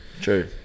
True